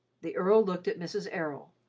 the earl looked at mrs. errol,